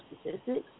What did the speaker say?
statistics